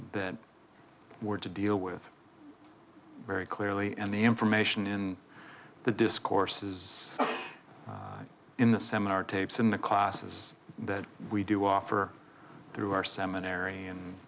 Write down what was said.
that we're to deal with very clearly and the information in the discourse is in the seminar tapes in the classes that we do offer through our seminary and